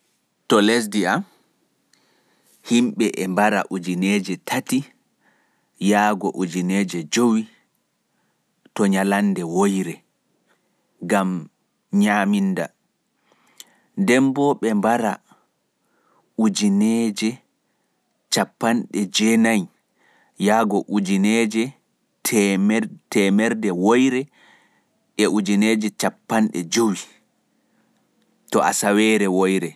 To lesdi am himɓe e mbara hakkunde ujineeje tati yaago Ujineeje jowi to nyallande (three thousand to five thousand)/day. nine thousand to fifteen thousand /asaweere